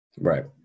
Right